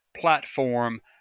platform